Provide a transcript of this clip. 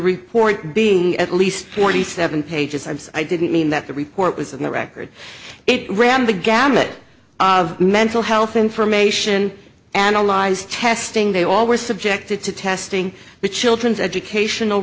report being at least twenty seven pages i'm so i didn't mean that the report was on the record it ran the gamut of mental health information analyzed testing they all were subjected to testing the children's educational